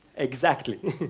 exactly.